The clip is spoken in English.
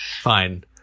fine